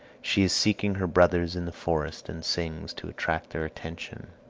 she is seeking her brothers in the forest, and sings to attract their attention